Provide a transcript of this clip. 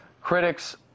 critics